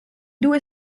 due